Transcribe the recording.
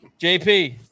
jp